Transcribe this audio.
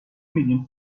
میدیم